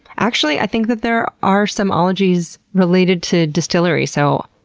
actually, i think that there are some ologies related to distilleries. so,